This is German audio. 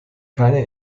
keine